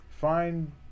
Find